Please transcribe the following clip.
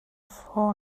for